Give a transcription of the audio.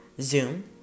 Zoom